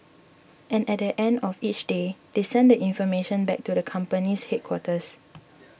and at the end of each day they send the information back to the company's headquarters